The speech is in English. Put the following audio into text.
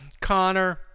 Connor